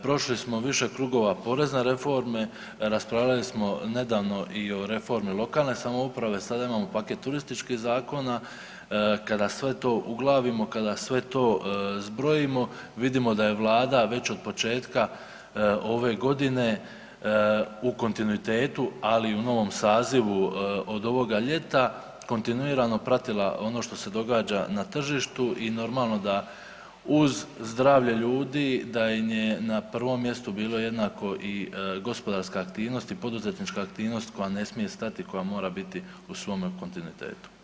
Prošli smo više krugova porezne reforme, raspravljali smo nedavno i o reformi lokalne samouprave, sada imamo paket turističkih zakona kada sve to uglavimo, kada sve to zbrojimo vidimo da je Vlada već od početka ove godine u kontinuitetu, ali i u novom sazivu od ovoga ljeta kontinuirano pratila ono što se događa na tržištu i normalno da uz zdravlje ljudi, da im je na prvom mjestu bila jednako i gospodarska aktivnost i poduzetnička aktivnost koja ne smije stati i koja mora biti u svome kontinuitetu.